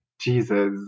Jesus